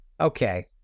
Okay